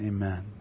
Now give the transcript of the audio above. Amen